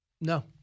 No